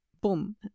Boom